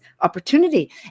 opportunity